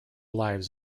lives